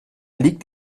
liegt